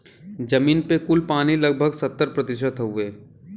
जमीन पे कुल पानी लगभग सत्तर प्रतिशत हउवे